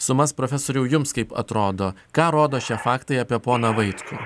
sumas profesoriau jums kaip atrodo ką rodo šie faktai apie poną vaitkų